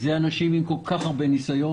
אלה אנשים עם כל כך הרבה ניסיון.